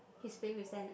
he is playing with sand